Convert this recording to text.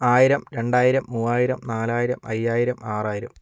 ആയിരം രണ്ടായിരം മൂവായിരം നാലായിരം അയ്യായിരം ആറായിരം